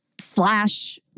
slash